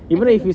even though